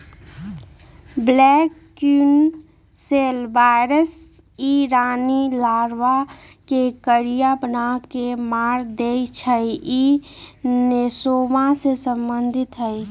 black queen cell virus इ रानी लार्बा के करिया बना के मार देइ छइ इ नेसोमा से सम्बन्धित हइ